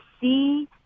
see